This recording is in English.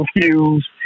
confused